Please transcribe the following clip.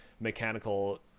mechanical